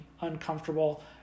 uncomfortable